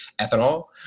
ethanol